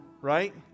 right